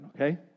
okay